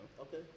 Okay